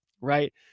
right